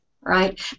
right